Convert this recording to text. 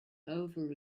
over